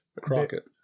Crockett